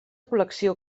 col·lecció